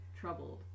troubled